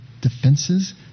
defenses